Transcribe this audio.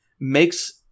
makes